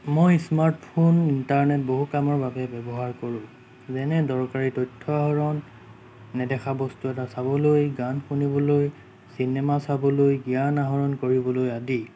মই smart phone internet বহু কামৰ বাবে ব্যৱহাৰ কৰোঁ যেনে দৰকাৰী তথ্য আহৰণ নেদেখা বস্তু এটা চাবলৈ গান শুনিবলৈ চিনেমা চাবলৈ জ্ঞান আহৰণ কৰিবলৈ আদি